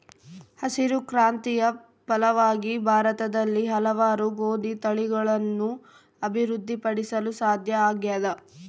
ಹಸಿರು ಕ್ರಾಂತಿಯ ಫಲವಾಗಿ ಭಾರತದಲ್ಲಿ ಹಲವಾರು ಗೋದಿ ತಳಿಗಳನ್ನು ಅಭಿವೃದ್ಧಿ ಪಡಿಸಲು ಸಾಧ್ಯ ಆಗ್ಯದ